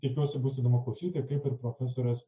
tikiuosi bus įdomu klausyti kaip ir profesorės